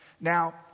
Now